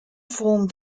formed